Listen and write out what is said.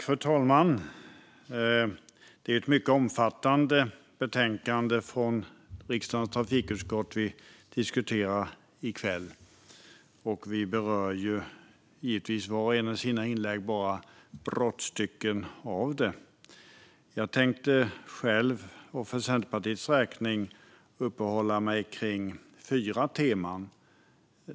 Fru talman! Det är ett mycket omfattande betänkande från riksdagens trafikutskott som vi diskuterar i kväll. Var och en av oss berör i sina inlägg bara brottstycken av det. Själv och för Centerpartiets räkning tänker jag uppehålla mig kring fyra teman.